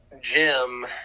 Jim